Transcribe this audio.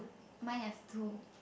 mine have two